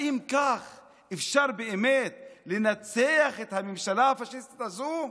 האם כך אפשר באמת לנצח את הממשלה הפשיסטית הזו?